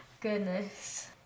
Goodness